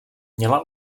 měla